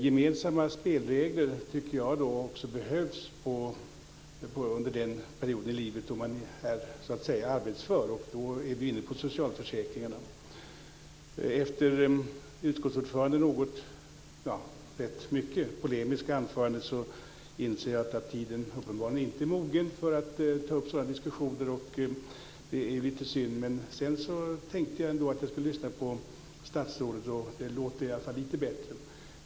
Gemensamma spelregler behövs också, tycker jag, under den period i livet då man är arbetsför, och då är vi inne på socialförsäkringarna. Efter utskottsordförandens rätt polemiska anförande insåg jag att tiden uppenbarligen inte är mogen för att ta upp sådana diskussioner. Det är lite synd. Men sedan tänkte jag att jag skulle lyssna på statsrådet, och då lät det i alla fall lite bättre.